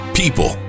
people